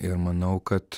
ir manau kad